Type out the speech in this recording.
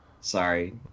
Sorry